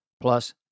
Plus